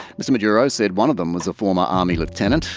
mr maduro said one of them was a former army lieutenant,